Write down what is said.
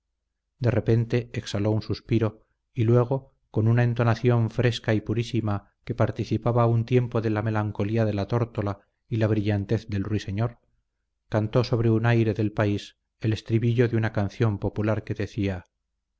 de repente exhaló un suspiro y luego con una entonación fresca y purísima que participaba a un tiempo de la melancolía de la tórtola y la brillantez del ruiseñor cantó sobre un aire del país el estribillo de una canción popular que decía